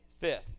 fifth